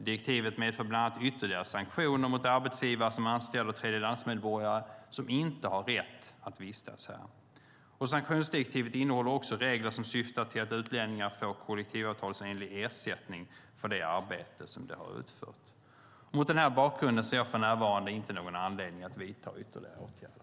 Direktivet medför bland annat ytterligare sanktioner mot arbetsgivare som anställer tredjelandsmedborgare som inte har rätt att vistas här. Sanktionsdirektivet innehåller också regler som syftar till att utlänningar får kollektivavtalsenlig ersättning för det arbete som de har utfört. Mot den här bakgrunden ser jag för närvarande inte någon anledning att vidta ytterligare åtgärder.